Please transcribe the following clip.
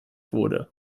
wurde